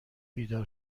بیدار